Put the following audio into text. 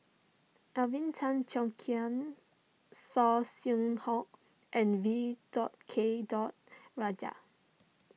Alvin Tan Cheong Kheng Saw Swee Hock and V dot K dot Rajah